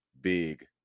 big